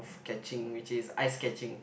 catching which is ice catching